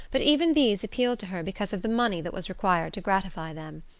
but even these appealed to her because of the money that was required to gratify them.